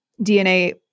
DNA